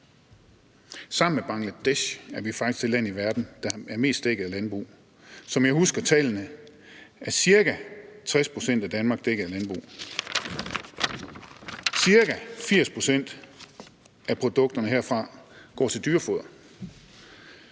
Sammen med Bangladesh er vi faktisk det land i verden, der er mest dækket af landbrug. Som jeg husker tallene, er ca. 60 pct. af Danmark dækket af landbrug. Ca. 80 pct. af produkterne herfra går til dyrefoder.